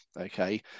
okay